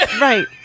Right